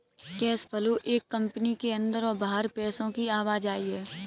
cash flow एक company के अंदर और बाहर पैसे की आवाजाही है